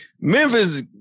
Memphis